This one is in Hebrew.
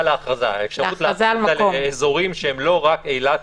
האפשרות להכריז על אזורים שהם לא רק אילת